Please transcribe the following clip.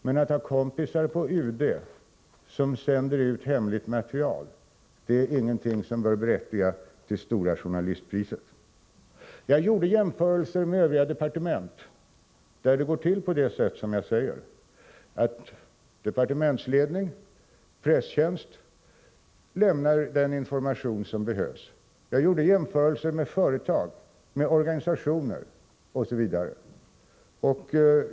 Men att ha kompisar på UD, som lämnar ut hemligt material, är ingenting som bör berättiga till Stora journalistpriset. Jag gjorde jämförelser med övriga departement där det går till som jag här beskriver, nämligen att departementsledning och presstjänst lämnar den information som behövs. Jag gjorde också jämförelser med företag, med organisationer osv.